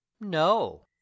no